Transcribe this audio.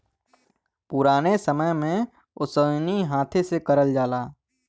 पुराने समय में ओसैनी हाथे से करल जाला